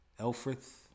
Elfrith